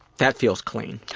that feels clean.